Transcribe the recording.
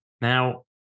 Now